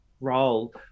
role